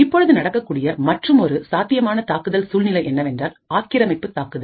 இப்பொழுது நடக்கக்கூடிய மற்றுமொரு சாத்தியமான தாக்குதல் சூழ்நிலை என்னவென்றால் ஆக்கிரமிப்பு தாக்குதல்